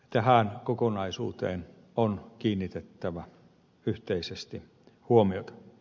tähän kokonaisuuteen on kiinnitettävä yhteisesti huomiota